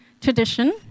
tradition